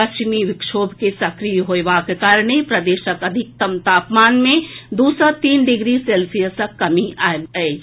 पश्चिमी विक्षोभ के सक्रिय होयबाक कारणे प्रदेशक अधिकतम तापमान मे दू सँ तीन डिग्री सेल्सियसक कमी भेल अछि